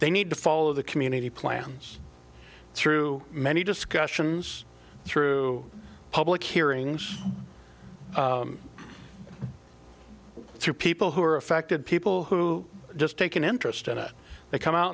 they need to follow the community plans through many discussions through public hearings to people who are affected people who just take an interest in it they come out